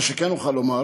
מה שכן אוכל לומר